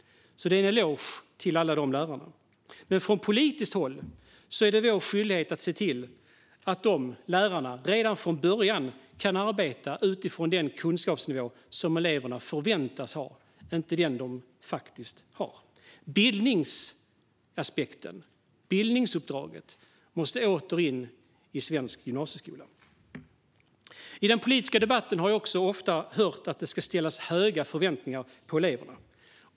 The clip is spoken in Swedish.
Det är en eloge till alla lärarna. Men från politiskt håll är det vår skyldighet att se till att lärarna redan från början kan arbeta utifrån den kunskapsnivå som eleverna förväntas ha, inte den de faktiskt har. Bildningsaspekten - bildningsuppdraget - måste åter in i svensk gymnasieskola. I den politiska debatten har jag ofta fått höra att det ska finnas höga förväntningar på eleverna.